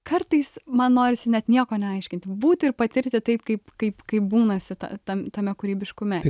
kartais man norisi net nieko neaiškinti būti ir patirti taip kaip kaip kaip būnasi ta tam tame kūrybiškume